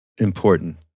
important